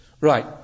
Right